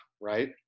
Right